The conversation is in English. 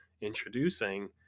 introducing